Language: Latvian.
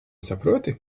saproti